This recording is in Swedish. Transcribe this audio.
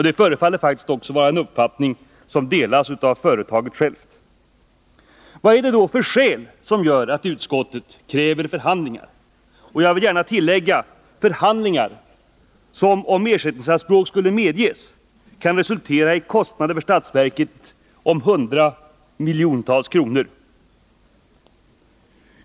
Det förefaller faktiskt också vara en uppfattning som delas av företaget självt. Vad har utskottet då för skäl för att kräva förhandlingar som, om ersättningsanspråk skulle bifallas, kan resultera i kostnader för statsverket om hundratals miljoner kronor.